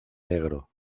negro